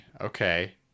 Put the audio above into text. okay